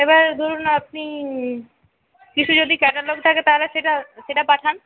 এবারে ধরুন আপনি কিছু যদি ক্যাটালগ থাকে তাহলে সেটা সেটা পাঠান